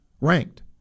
Ranked